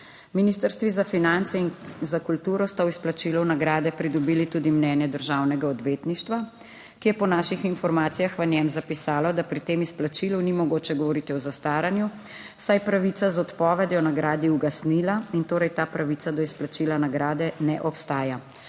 Ministrstvi za finance in za kulturo sta o izplačilu nagrade pridobili tudi mnenje državnega odvetništva, ki je po naših informacijah v njem zapisalo, da pri tem izplačilu ni mogoče govoriti o zastaranju, saj je pravica z odpovedjo nagradi ugasnila in torej ta pravica do izplačila nagrade ne obstaja.